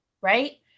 right